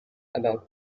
about